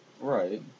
Right